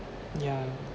yeah